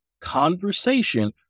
conversation